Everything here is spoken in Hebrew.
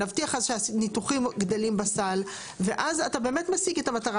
נבטיח שהניתוחים גדלים בסל ואז אתה באמת משיג את המטרה